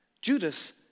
Judas